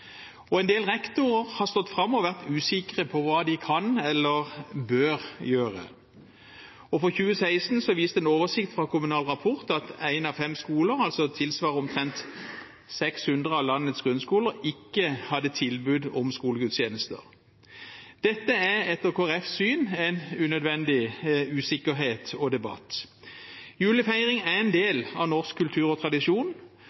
En del rektorer har stått fram og vært usikre på hva de kan eller bør gjøre. For 2016 viste en oversikt fra Kommunal Rapport at én av fem skoler, altså tilsvarende omtrent 600 av landets grunnskoler, ikke hadde tilbud om skolegudstjeneste. Dette er etter Kristelig Folkepartis syn en unødvendig usikkerhet og debatt. Julefeiring er en